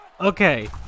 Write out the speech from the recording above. Okay